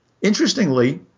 Interestingly